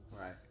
right